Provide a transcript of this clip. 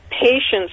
patients